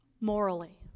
morally